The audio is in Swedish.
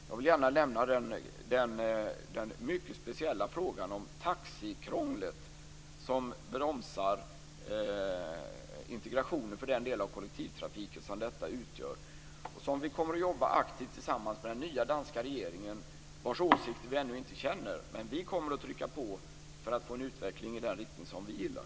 Jag vill nämna den mycket speciella frågan om taxikrånglet som bromsar integration för den del av kollektivtrafiken som denna utgör. Vi kommer att jobba aktivt med detta tillsammans med den nya danska regeringen vars åsikter vi ännu inte känner. Vi kommer att trycka på för att få en utveckling i den riktning som vi gillar.